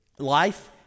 life